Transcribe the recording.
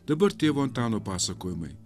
dabar tėvo antano pasakojimai